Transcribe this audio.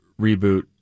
reboot